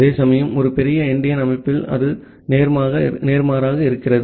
அதேசமயம் ஒரு பெரிய எண்டியன் அமைப்பில் அது நேர்மாறாக இருக்கிறது